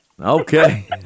Okay